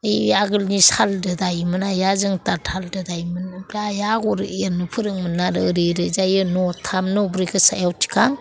ओइ आगोलनि सालजों दायोमोन आइआ जों दा थालजों दायोमोन ओमफ्राय आइआ आ'गर एरनो फोरोङोमोन आरो ओरै ओरै जायो नथाम नब्रैखौ सायाव थिखां